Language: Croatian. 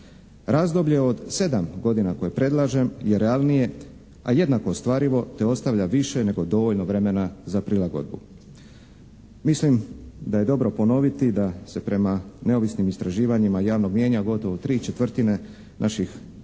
Razdoblje od 7 godina koje predlažem je realnije, a jednako ostvarivo te ostavlja više nego dovoljno vremena za prilagodbu. Mislim da je dobro ponoviti da se prema neovisnim istraživanjima javnog mijenja gotovo 3/4 naših sugrađana